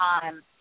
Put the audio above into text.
time